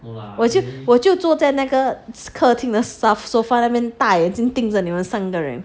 我就我就坐在那个客厅盯着你们三个人